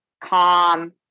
calm